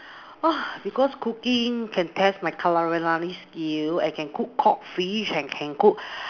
oh because cooking can test my culinary skills I can cook cod fish I can cook